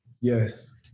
Yes